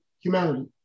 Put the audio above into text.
humanity